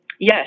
Yes